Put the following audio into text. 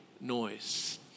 noise